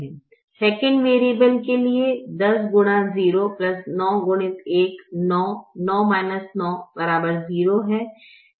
second variable के लिए 9 9 9 0 है